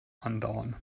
andauern